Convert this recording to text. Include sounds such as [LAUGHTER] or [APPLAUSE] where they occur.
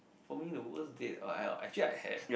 for me the worst date [NOISE] actually I have